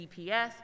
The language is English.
DPS